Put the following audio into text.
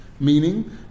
Meaning